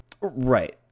Right